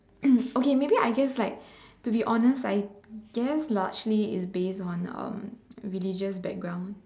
okay maybe I guess like to be honest I delve largely it's based on um religious background